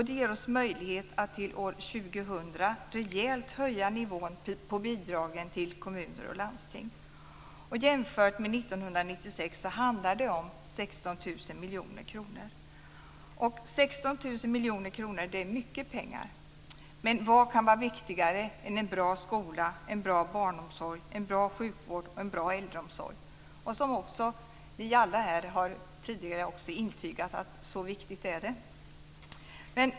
Det ger oss möjlighet att till år 2000 rejält höja nivån på bidragen till kommuner och landsting. Jämfört med 1996 handlar det om 16 000 miljoner kronor. 16 000 miljoner kronor är mycket pengar, men vad kan vara viktigare än en bra skola, en bra barnomsorg, en bra sjukvård och en bra äldreomsorg? Vi har också alla här tidigare intygat hur viktigt det är.